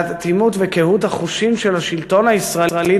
ואטימות וקהות החושים של השלטון הישראלי